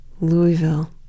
Louisville